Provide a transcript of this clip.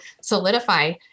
solidify